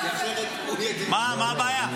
--- מה הבעיה?